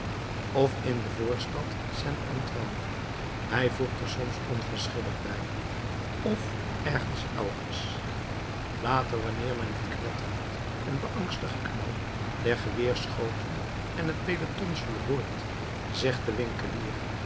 of in de voorstad saint antoine hij voegt er soms onverschillig bij of ergens elders later wanneer men het knetterend en beangstigend geknal der geweerschoten en het pelotonsvuur hoort zegt de winkelier